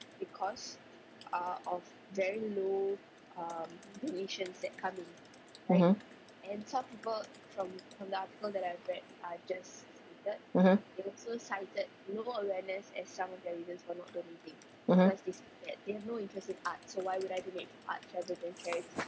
mmhmm mmhmm mmhmm